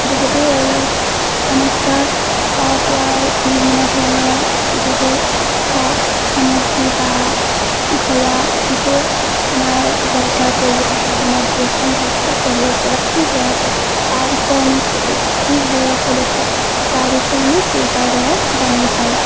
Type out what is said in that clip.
বহুতো সমস্যাৰ অ হোৱাৰ বিভিন্ন ধৰণৰ যিবোৰ সা সামগ্ৰী বা ঘৰুৱা যিবোৰ আমাৰ দৰকাৰ প্ৰয়োজনীয় সামগ্ৰী এখন ঘৰত কি চলি আছে বা কি হৈ আছে তাৰ বিষয়ে আমি কি হৈ আছে দেশত সেই তাৰ বিষয়ে আমি টুইটাৰৰ দ্বাৰা জানিব পাৰোঁ